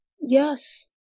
Yes